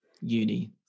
uni